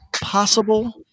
possible